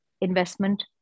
investment